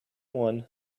one